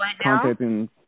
contacting